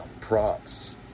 props